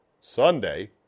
Sunday